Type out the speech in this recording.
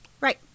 Right